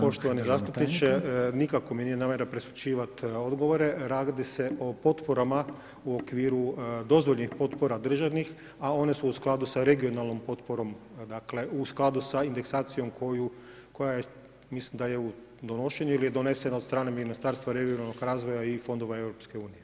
Poštovani zastupniče, nikako mi nije namjera prešućivati odgovore, radi li se o potporama u okviru dozvoljenih potpora državnih, a one su u skladu sa regionalnom potporom, dakle u skladu sa indeksaciju, koja je mislim da je u donošenju ili je donesena od strane Ministarstva regionalnog razvoja i fondova EU.